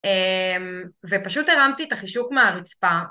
ופשוט הרמתי את החישוק מהרצפה,